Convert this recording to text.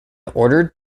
ordered